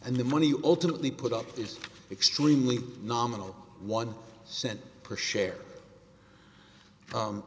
and the money ultimately put up is extremely nominal one cent per share